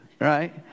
right